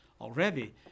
Already